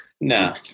No